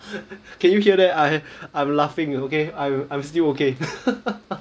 can you hear that I I'm laughing okay I I am still okay